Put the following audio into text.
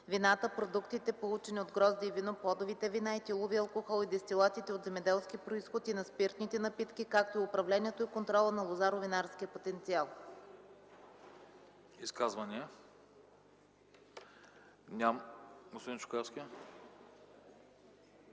вината, продуктите, получени от грозде и вино, плодовите вина, етиловия алкохол и дестилатите от земеделски произход, и на спиртните напитки, както и управлението и контрола на лозаро-винарския потенциал.”